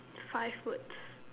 five words